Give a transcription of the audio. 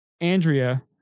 Andrea